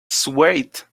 swayed